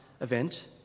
event